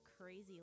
crazy